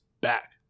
back